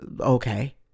okay